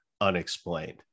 unexplained